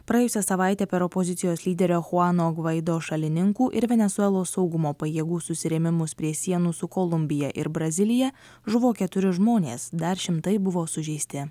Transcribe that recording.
praėjusią savaitę per opozicijos lyderio huano gvaido šalininkų ir venesuelos saugumo pajėgų susirėmimus prie sienų su kolumbija ir brazilija žuvo keturi žmonės dar šimtai buvo sužeisti